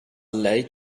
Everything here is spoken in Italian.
lei